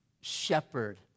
shepherd